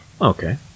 Okay